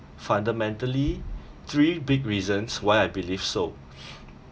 fundamentally three big reasons why I believe so